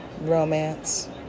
Romance